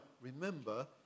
remember